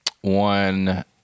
one